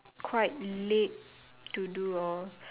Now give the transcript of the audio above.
quite late to do or